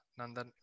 Nandan